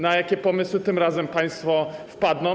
Na jakie pomysły tym razem państwo wpadną?